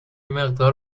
مقدار